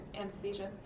anesthesia